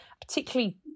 particularly